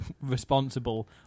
responsible